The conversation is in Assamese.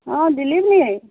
অঁ দিলীপ নি